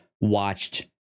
watched